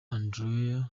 andrea